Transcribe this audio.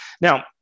Now